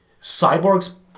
Cyborg's